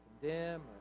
condemn